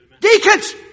Deacons